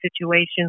situations